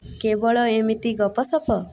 କେବଳ ଏମିତି ଗପସପ